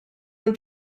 mill